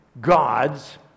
God's